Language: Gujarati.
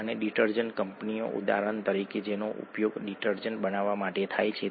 આને દૂર કરવાની જરૂર છે અને આને અહીં જઈને નાઇટ્રોજન સાથે જોડાવાની જરૂર છે